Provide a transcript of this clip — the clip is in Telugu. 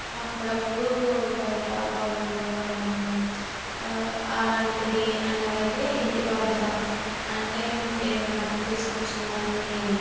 అప్పుడప్పుడు బయట పొలంలోకి వెళ్ళడము అలాంటివి అండ్ అలాగే ఇంటి బాధ్యత అంటే ఏ భర్త తీసుకొచ్చిన దాన్ని